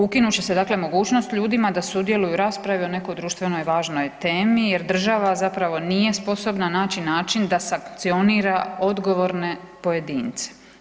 Ukinut će se dakle mogućnost ljudima da sudjeluju u raspravi o nekoj društvenoj važnoj temi jer država zapravo nije sposobna naći način da sankcionira odgovorne pojedince.